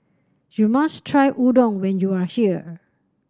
you must try Udon when you are here